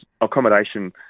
accommodation